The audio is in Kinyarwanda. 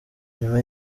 nyuma